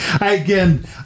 Again